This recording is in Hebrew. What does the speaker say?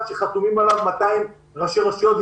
שחתומים עליו 200 ראשי רשויות מקומיות,